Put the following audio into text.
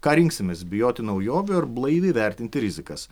ką rinksimės bijoti naujovių ar blaiviai vertinti rizikas